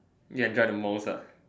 you enjoy the most ah